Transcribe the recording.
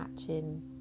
matching